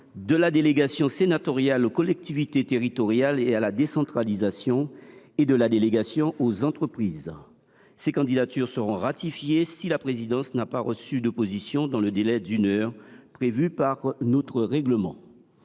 de la délégation sénatoriale aux collectivités territoriales et à la décentralisation et de la délégation sénatoriale aux entreprises. Ces candidatures seront ratifiées si la présidence n’a pas reçu d’opposition dans le délai d’une heure prévu par notre règlement.